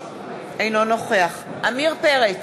אינו נוכח עמיר פרץ,